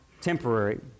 temporary